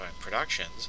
productions